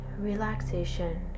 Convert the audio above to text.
Relaxation